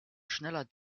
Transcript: schneller